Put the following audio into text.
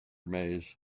maze